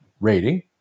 rating